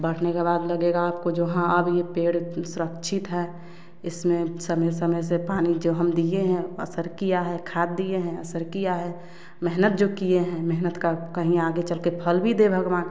बढ़ने के बाद लगेगा आपको जो हाँ अब ये पेड़ सुरक्षित हैं इसमें समय समय से पानी जो हम दिए हैं असर किया हैं खाद दिए हैं असर किया हैं मेहनत जो किए हैं मेहनत का कहीं आगे चल के फल भी दें भगवान